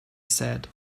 said